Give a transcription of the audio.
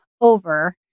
over